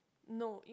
no